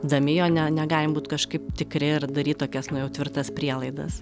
ndami jo ne negalim būti kažkaip tikri ir daryt tokias nu jau tvirtas prielaidas